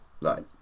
like-